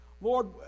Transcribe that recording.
Lord